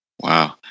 Wow